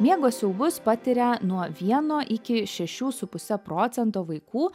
miego siaubus patiria nuo vieno iki šešių su puse procento vaikų